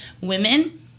women